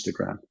Instagram